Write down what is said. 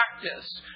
practice